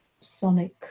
sonic